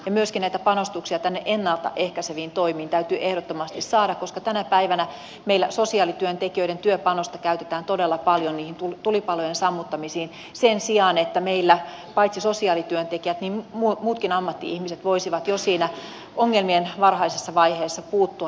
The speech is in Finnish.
myöskin näitä panostuksia tänne ennalta ehkäiseviin toimiin täytyy ehdottomasti saada koska tänä päivänä meillä sosiaalityöntekijöiden työpanosta käytetään todella paljon niihin tulipalojen sammuttamisiin sen sijaan että meillä paitsi sosiaalityöntekijät myös muut ammatti ihmiset voisivat jo siinä ongelmien varhaisessa vaiheessa puuttua